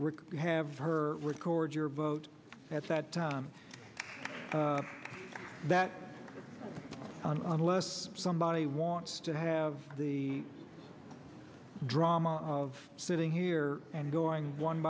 have her record your vote at that time that unless somebody wants to have the drama of sitting here and going one